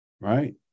right